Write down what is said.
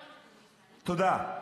תודה.